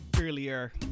earlier